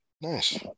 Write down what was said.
nice